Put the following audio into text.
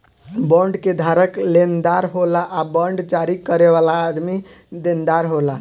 bond के धारक लेनदार होला आ बांड जारी करे वाला आदमी देनदार होला